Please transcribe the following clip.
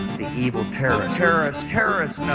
the evil terrorists. terrorists. terrorists.